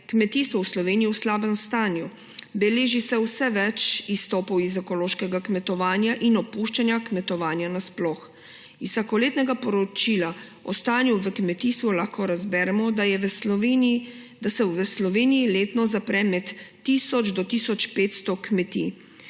kmetijstvo v Sloveniji v slabem stanju, beleži se vse več izstopov iz ekološkega kmetovanja in opuščanj kmetovanja nasploh. Iz vsakoletnega poročila o stanju v kmetijstvu lahko razberemo, da se v Sloveniji letno zapre med tisoč in tisoč 500 kmetij.